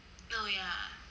oh ya